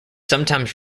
sometimes